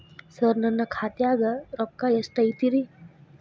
ಸರ ನನ್ನ ಖಾತ್ಯಾಗ ರೊಕ್ಕ ಎಷ್ಟು ಐತಿರಿ?